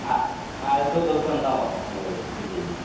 ஆ அது two thousand தான் வரும் உங்களுக்கு த்ரீ கேஜி